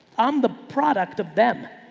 i'm the product of them.